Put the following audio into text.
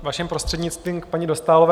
Vaším prostřednictvím, k paní Dostálové.